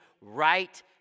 right